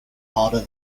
harder